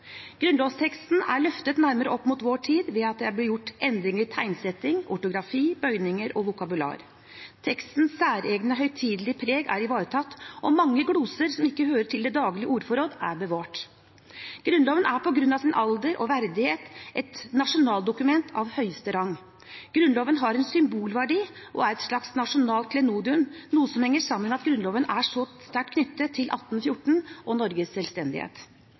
Grunnlovsteksten er løftet nærmere opp mot vår tid ved at det ble gjort endringer i tegnsetting, ortografi, bøyninger og vokabular. Tekstens særegne høytidelige preg er ivaretatt, og mange gloser som ikke hører til det daglige ordforråd, er bevart. Grunnloven er på grunn av sin alder og verdighet et nasjonaldokument av høyeste rang. Grunnloven har en symbolverdi og er et slags nasjonalt klenodium, noe som henger sammen med at Grunnloven er så sterkt knyttet til 1814 og Norges selvstendighet.